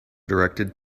directed